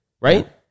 right